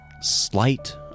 slight